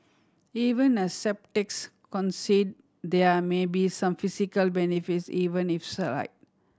even as sceptics concede there may be some physical benefits even if slight